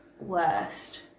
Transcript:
worst